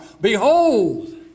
Behold